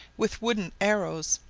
with wooden arrows,